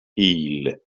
eel